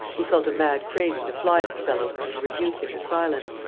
who felt a mad craving to fly at the fellow and reduce him to silence.